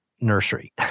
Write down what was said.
nursery